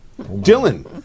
Dylan